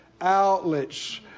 outlets